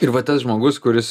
ir va tas žmogus kuris